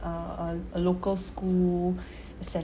uh uh a local school